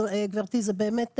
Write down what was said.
גברתי, זה באמת חמור.